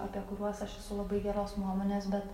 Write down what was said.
apie kuriuos aš esu labai geros nuomonės bet